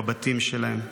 בבתים שלהם.